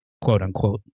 quote-unquote